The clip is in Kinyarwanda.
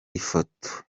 ifoto